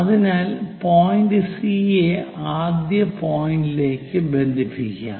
അതിനാൽ point C യെ ആദ്യ പോയിന്റിലേക്ക് ബന്ധിപ്പിക്കാം